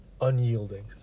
Unyielding